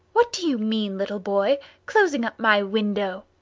what do you mean, little boy closing up my window?